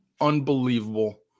unbelievable